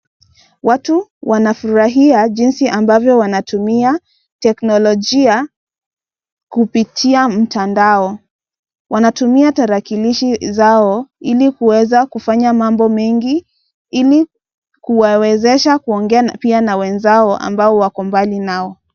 Watu wanafurahia jinsi ambvyo wanatumia teknolojia kupitia mtandao. Wanatumia tarakilishi zao ili kuweza kufanya mambo mengi ili kuwwezesha pia kuongea na wenzao ambao wako mbali nao.